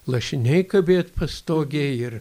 lašiniai kabėt pastogėj ir